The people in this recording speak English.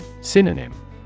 Synonym